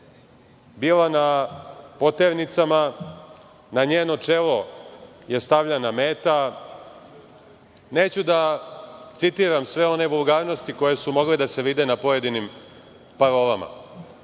bila na poternicama, na njeno čelo je stavljena meta. Neću da citiram sve one vulgarnosti koje su mogle da se vide na pojedinim parolama. Nikada